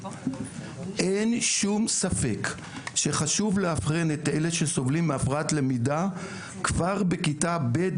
אין שום ספק שחשוב לאבחן את אלה שסובלים מהפרעת למידה כבר בכיתה ב',